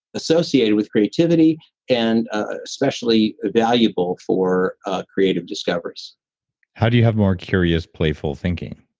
associated with creativity and especially valuable for creative discoveries how do you have more curious, playful thinking?